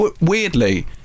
Weirdly